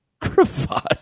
Cravat